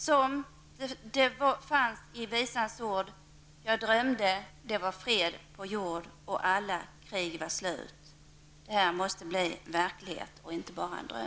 Som det står i visan: Jag drömde det var fred på jord och alla krig var slut. Detta måste bli verklighet och inte bara en dröm.